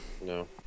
No